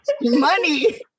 Money